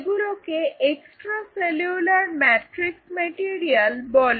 এগুলিকে extracellular matrix material বলে